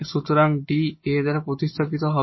সুতরাং D a দ্বারা প্রতিস্থাপিত হবে